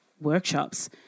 workshops